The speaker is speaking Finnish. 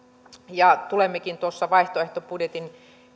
ja tulemmekin tuossa vaihtoehtobudjetin